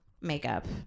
makeup